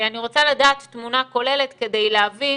אני רוצה לדעת תמונה כוללת כדי להבין